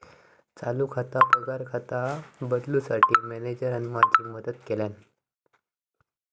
चालू खाता पगार खात्यात बदलूंसाठी मॅनेजरने माझी मदत केल्यानं